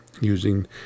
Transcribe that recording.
using